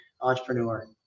entrepreneur